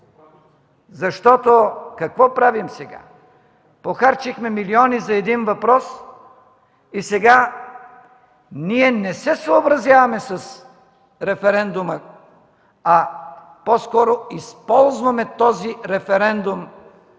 защото какво правим сега? Похарчихме милиони за един въпрос и сега ние не се съобразяваме с референдума, а по-скоро използваме този референдум